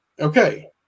Okay